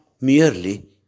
merely